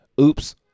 Oops